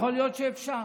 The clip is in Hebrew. יכול להיות שאפשר.